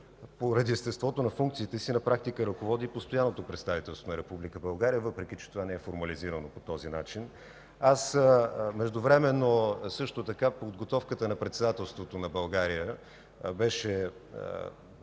Поради естеството на функциите си на практика ръководи и Постоянното представителство на Република България, въпреки че това не е формализирано по този начин. А междувременно също така – подготовката на Председателството на България, беше